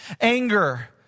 anger